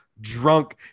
drunk